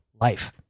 life